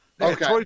Okay